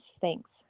Thanks